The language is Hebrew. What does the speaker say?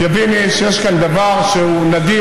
תביני שיש כאן דבר שהוא נדיר,